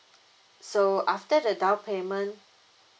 so after the down payment